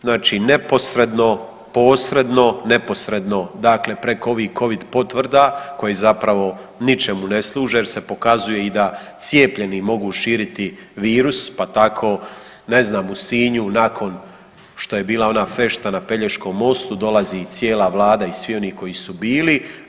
Znači neposredno, posredno, neposredno dakle preko ovih covid potvrda koje zapravo ničem ne služe jer se pokazuje da cijepljeni mogu širiti virus, pa tako ne znam u Sinju nakon što je bila ona fešta na Pelješkom mostu dolazi i cijela Vlada i svi oni koji su bili.